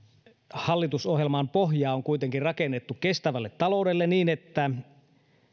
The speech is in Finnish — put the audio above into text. hallitusohjelman pohja on rakennettu kestävälle taloudelle niin että